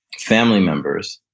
family members,